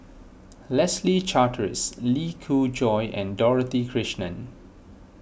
Leslie Charteris Lee Khoon Choy and Dorothy Krishnan